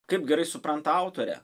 kaip gerai supranta autorė